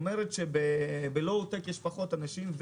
זאת אומרת ב-low-tech יש פחות אנשים,